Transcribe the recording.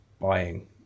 buying